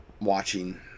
watching